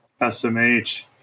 SMH